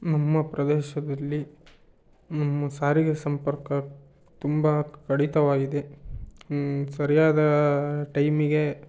ನಮ್ಮ ಪ್ರದೇಶದಲ್ಲಿ ನಮ್ಮ ಸಾರಿಗೆ ಸಂಪರ್ಕ ತುಂಬ ಕಡಿತವಾಗಿದೆ ಸರಿಯಾದ ಟೈಮಿಗೆ